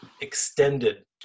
extended